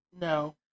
No